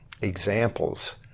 examples